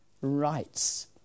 rights